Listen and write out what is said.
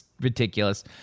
ridiculous